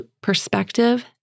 perspective